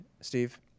Steve